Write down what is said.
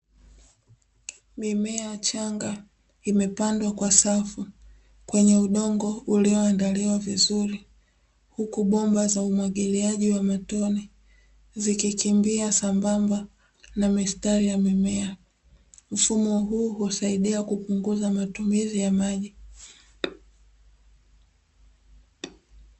Mimea changa imepandwa kwa safu kwenye udongo uliondaliwa vizuri huku bomba za umwagiliaji wa matone zikikimbia sambamba na mistari ya mimea. Mfumo huu husaidia kupunguza matumizi ya maji.